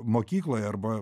mokykloje arba